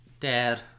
Dad